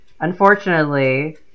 unfortunately